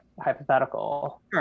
hypothetical